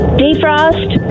defrost